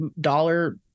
dollar